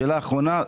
שאלה אחרונה.